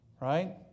right